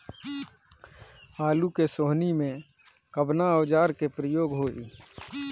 आलू के सोहनी में कवना औजार के प्रयोग होई?